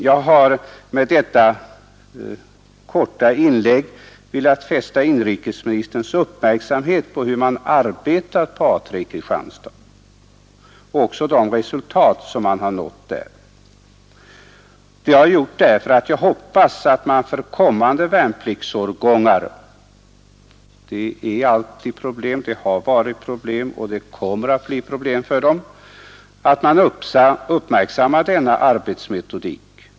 Jag har med detta korta inlägg velat fästa inrikesministerns uppmärksamhet på hur man arbetat på A 3 i Kristianstad och vilka resultat man där har nått. Jag hoppas att man för kommande värnpliktsårgångar uppmärksammar denna arbetsmetodik.